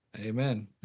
Amen